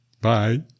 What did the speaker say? Bye